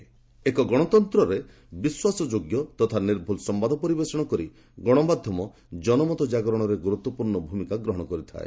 fake news ଏକ ଗଣତନ୍ତ୍ରରେ ବିଶ୍ୱାସଯୋଗ୍ୟ ତଥା ନିର୍ଭୁଲ୍ ସମ୍ଭାଦ ପରିବେଷଣ କରି ଗଣମାଧ୍ୟମ ଜନମତ ଜାଗରଣରେ ଗୁରୁତ୍ୱପୂର୍ଣ୍ଣ ଭୂମିକା ଗ୍ରହଣ କରିଥାଏ